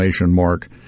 Mark